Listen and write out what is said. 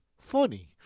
funny